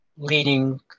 leading